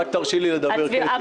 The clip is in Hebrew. רק תרשי לי לדבר, קטי.